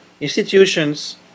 institutions